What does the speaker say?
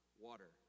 water